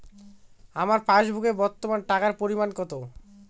আমার পাসবুকে বর্তমান টাকার পরিমাণ কত?